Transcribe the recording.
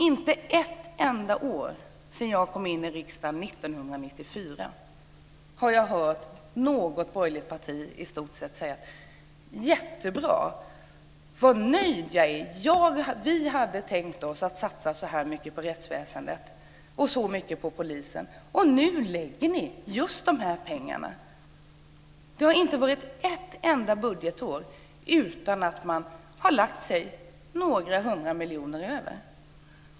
Inte en enda gång sedan jag kom in i riksdagen 1994 har jag hört en representant från något borgerligt parti säga så här: Jättebra! Vad nöjd jag är. Vi hade tänkt oss att satsa en viss summa på rättsväsendet och på polisen, och nu lägger ni fram förslag om just så mycket pengar. Det har inte gått ett budgetår utan att man har lagt sig några hundra miljoner över.